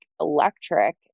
electric